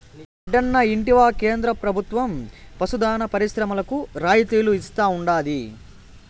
రెడ్డన్నా ఇంటివా కేంద్ర ప్రభుత్వం పశు దాణా పరిశ్రమలకు రాయితీలు ఇస్తా ఉండాది